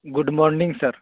good morning sir